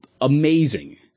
amazing